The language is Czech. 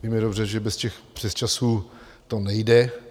Víme dobře, že bez přesčasů to nejde.